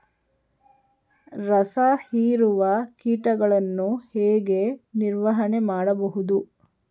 ರಸ ಹೀರುವ ಕೀಟಗಳನ್ನು ಹೇಗೆ ನಿರ್ವಹಣೆ ಮಾಡಬಹುದು?